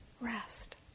Rest